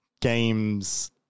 games